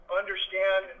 understand